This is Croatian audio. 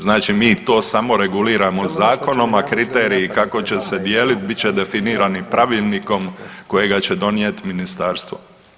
Znači mi to samo reguliramo zakonom, a kriteriji kako će se dijeliti bit će definirani pravilnikom kojega će donijeti Ministarstvo.